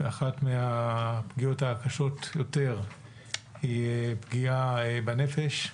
ואחת מהפגיעות הקשות ביותר היא הפגיעה בנפש.